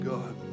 God